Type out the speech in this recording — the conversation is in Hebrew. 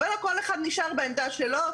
היום כל אחד נמצא בעמדה שלו,